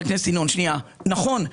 נכון.